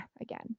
again